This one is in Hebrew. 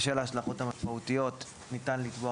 בשל ההשלכות המשמעותיות ניתן לתבוע